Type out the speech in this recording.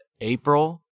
April